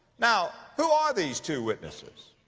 now, who are these two witnesses?